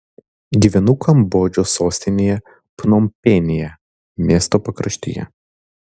gyvenu kambodžos sostinėje pnompenyje miesto pakraštyje